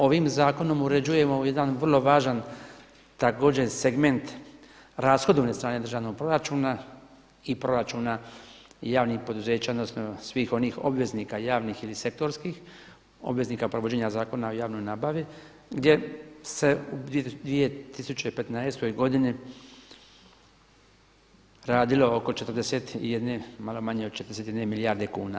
Ovim zakonom uređujemo jedan vrlo važan također segment rashodovne strane državnog proračuna i proračuna javnih poduzeća odnosno svih onih obveznika javnih ili sektorskih, obveznika provođenja Zakona o javnoj nabavi, gdje se u 2015. godini radilo oko 41, malo manje od 41 milijarde kuna.